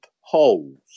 holes